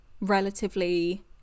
relatively